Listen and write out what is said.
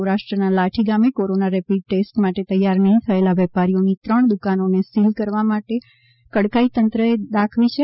સૌરાષ્ટ્ર ના લાઠી ગામે corona rapid test માટે તૈયાર નહીં થયેલા વેપારીઓ ની ત્રણ દુકાનો ને સીલ મારવાની કડકાઈ તંત્ર એ દાખવી છે